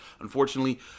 Unfortunately